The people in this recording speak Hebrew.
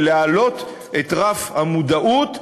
ולהעלות את רף המודעות,